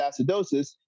acidosis